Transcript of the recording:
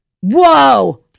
Whoa